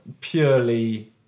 purely